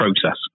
process